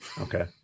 Okay